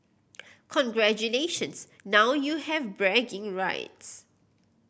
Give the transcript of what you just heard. congratulations now you have bragging rights